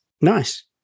Nice